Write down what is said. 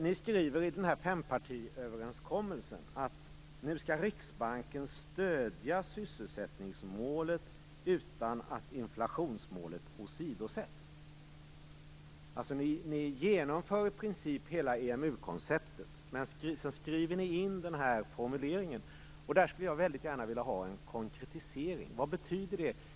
Ni skriver i fempartiöverenskommelsen att Riksbanken skall stödja sysselsättningsmålet utan att inflationsmålet åsidosätts. Ni genomför i princip hela EMU-konceptet, men sedan skriver ni in den här formuleringen? Där skulle jag väldigt gärna ha en konkretisering. Vad betyder det?